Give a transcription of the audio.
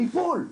טיפול.